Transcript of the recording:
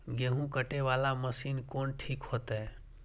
गेहूं कटे वाला मशीन कोन ठीक होते?